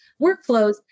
workflows